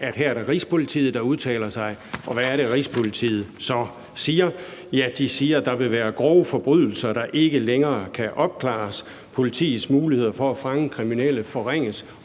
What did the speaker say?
at her er det Rigspolitiet, der udtaler sig – og hvad er det, Rigspolitiet så siger? Ja, de siger, at der vil være grove forbrydelser, der ikke længere kan opklares. Politiets muligheder for at fange kriminelle for